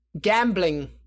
gambling